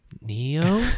Neo